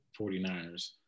49ers